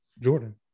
Jordan